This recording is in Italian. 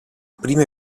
prime